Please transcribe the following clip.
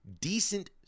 decent